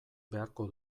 beharko